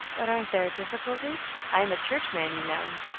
but aren't there difficulties? i am a churchman, you know.